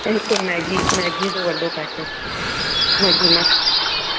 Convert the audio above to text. ऐं हिकु Maggi Maggi जो वॾो पैकेट मैगी मसाला